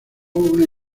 una